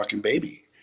baby